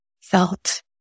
felt